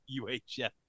UHF